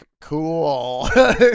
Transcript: cool